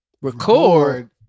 Record